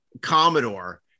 Commodore